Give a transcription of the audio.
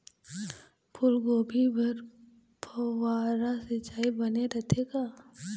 फूलगोभी बर फव्वारा सिचाई बने रथे का?